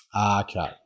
Okay